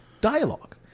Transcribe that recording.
dialogue